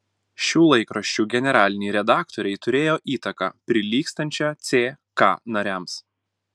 šių laikraščių generaliniai redaktoriai turėjo įtaką prilygstančią ck nariams